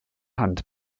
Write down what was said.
hand